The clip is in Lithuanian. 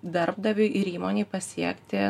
darbdaviui ir įmonei pasiekti